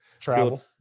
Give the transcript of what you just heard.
Travel